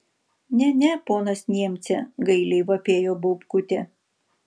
ne ne ponas niemce gailiai vapėjo baubkutė